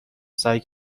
سعی